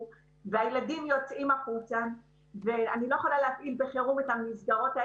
והילדים יוצאים החוצה ולכן אני לא יכולה להפעיל בחירום את המסגרות,